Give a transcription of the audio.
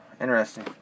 Interesting